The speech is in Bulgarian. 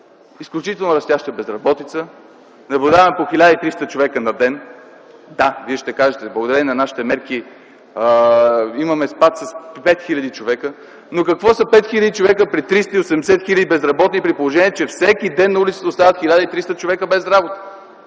Изключително растяща безработица – по 1300 човека на ден. Да, вие ще кажете – благодарение на нашите мерки имаме спад с 5000 човека. Но какво са 5000 човека при 380 хиляди безработни, при положение че всеки ден на улицата без работа остават 1300 човека? Замразяват